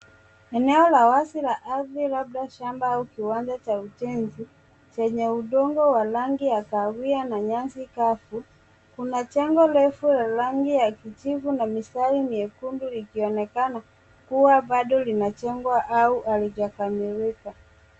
Eneo la wazi la ardhi labda shamba au kiwanja cha ujenzi chenye udongo wa rangi ya kahawia na nyasi kavu kuna jengo refu la rangi ya kijivu na mistari myekundu likionekana kuwa bado linajengwa au halijakamilika.